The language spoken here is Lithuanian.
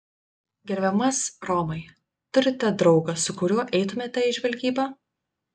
gerbiamas romai turite draugą su kuriuo eitumėte į žvalgybą